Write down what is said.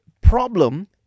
problem